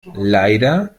leider